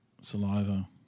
saliva